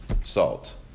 salt